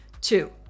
Two